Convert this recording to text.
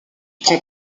prend